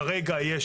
כרגע יש